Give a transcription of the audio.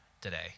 today